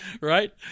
right